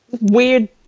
weird